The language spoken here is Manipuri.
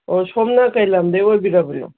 ꯑꯣ ꯁꯣꯝꯅ ꯀꯔꯤ ꯂꯝꯗꯒꯤ ꯑꯣꯏꯕꯤꯔꯕꯅꯣ